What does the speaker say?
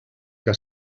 que